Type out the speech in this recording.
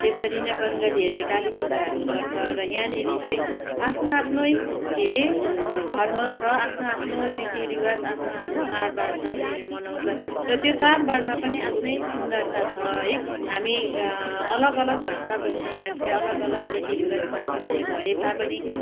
त्यसरी नै बङ्गालीहरूले काली पुजाहरू गर्छ र यहाँनिर चाहिँ आफ्नो आफ्नै के अरे धर्म छ आफ्नो आफ्नो रीतिरिवाज आफ्नो आफ्नो चाडबाड छ उनीहरू मनाउँछ र त्यो चाडबाडमा पनी आफ्नै सुन्दरता छ है हामी अलग अलग भाषा बोल्ने मान्छे अलग अलग रीतिरिवाज मान्ने भए तापनि